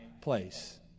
place